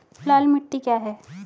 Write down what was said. लाल मिट्टी क्या है?